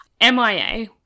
MIA